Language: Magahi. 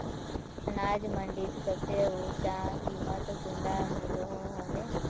अनाज मंडीत सबसे ऊँचा कीमत कुंडा मिलोहो होबे?